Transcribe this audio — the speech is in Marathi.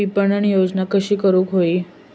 विपणन योजना कशी करुक होई?